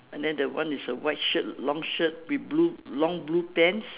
and then the one is a white shirt long shirt with blue long blue pants